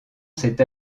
cette